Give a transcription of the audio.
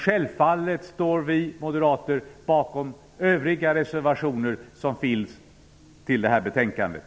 Självfallet står vi moderater bakom också övriga reservationer till det här betänkandet.